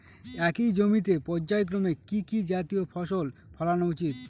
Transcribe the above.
একই জমিতে পর্যায়ক্রমে কি কি জাতীয় ফসল ফলানো উচিৎ?